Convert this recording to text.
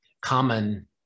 common